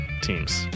teams